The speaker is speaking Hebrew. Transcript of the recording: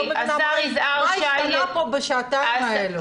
אני לא מבינה מה השתנה פה בשעתיים האלו.